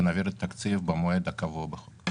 ונעביר את התקציב במועד הקבוע בחוק.